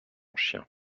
chien